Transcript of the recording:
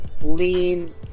lean